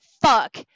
fuck